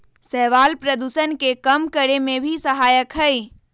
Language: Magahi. शैवाल प्रदूषण के कम करे में भी सहायक हई